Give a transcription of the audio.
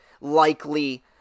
likely